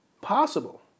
possible